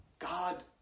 God